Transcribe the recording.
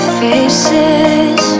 faces